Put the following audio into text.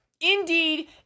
indeed